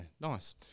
nice